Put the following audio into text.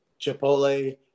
Chipotle